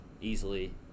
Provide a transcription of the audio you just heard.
easily